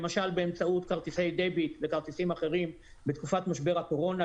למשל באמצעות כרטיסי דביט וכרטיסים אחרים בתקופת משבר הקורונה,